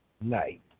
night